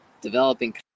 developing